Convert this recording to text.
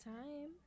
time